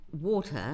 water